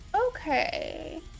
Okay